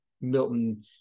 Milton